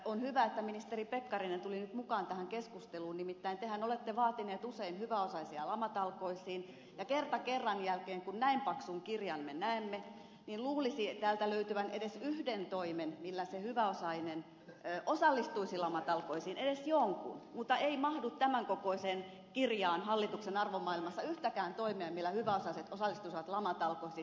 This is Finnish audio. on hyvä että ministeri pekkarinen tuli nyt mukaan tähän keskusteluun nimittäin tehän olette vaatineet usein hyväosaisia lamatalkoisiin ja kerta kerran jälkeen kun näin paksun kirjan me näemme luulisi täältä löytyvän edes yhden toimen millä se hyväosainen osallistuisi lamatalkoisiin edes jonkun mutta ei mahdu tämän kokoiseen kirjaan hallituksen arvomaailmassa yhtäkään toimea millä hyväosaiset osallistuisivat lamatalkoisiin